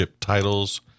titles